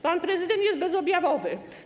Pan prezydent jest bezobjawowy.